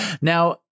Now